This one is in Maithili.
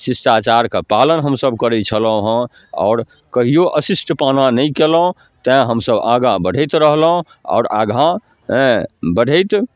शिष्टाचारके पालन हमसभ करै छलहुँ हँ आओर कहिओ अशिष्टपना नहि केलहुँ तेँ हमसभ आगाँ बढ़ैत रहलहुँ आओर आगाँ हेँ बढ़ैत